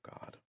God